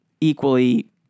equally